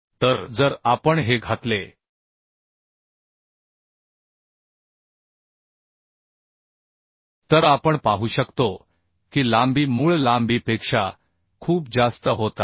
तर जर आपण हे घातले तर आपण पाहू शकतो की लांबी मूळ लांबीपेक्षा खूप जास्त होत आहे